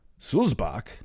Sulzbach